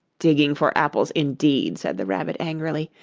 digging for apples, indeed said the rabbit angrily.